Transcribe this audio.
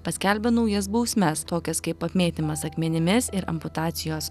paskelbia naujas bausmes tokias kaip apmėtymas akmenimis ir amputacijos